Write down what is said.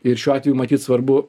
ir šiuo atveju matyt svarbu